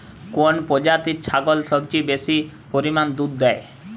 কোন প্রজাতির ছাগল সবচেয়ে বেশি পরিমাণ দুধ দেয়?